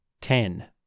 Ten